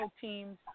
teams